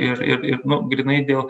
ir ir ir nu grynai dėl